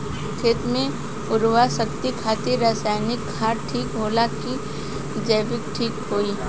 खेत के उरवरा शक्ति खातिर रसायानिक खाद ठीक होला कि जैविक़ ठीक होई?